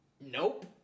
Nope